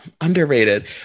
underrated